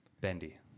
bendy